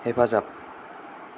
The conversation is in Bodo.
हेफाजाब